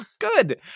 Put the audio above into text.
Good